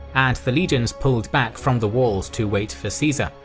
and the legions pulled back from the walls to wait for caesar.